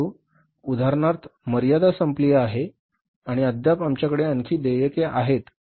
परंतु उदाहरणार्थ मर्यादा संपली आहे आणि अद्याप आमच्याकडे आणखी देयके आहेत